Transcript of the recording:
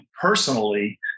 personally